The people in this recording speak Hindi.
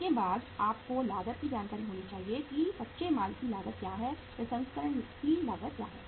उसके बाद आपको लागत की जानकारी होनी चाहिए कि कच्चे माल की लागत क्या है प्रसंस्करण की लागत क्या है